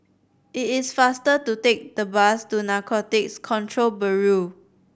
it is faster to take the bus to Narcotics Control Bureau